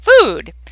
food